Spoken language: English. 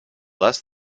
less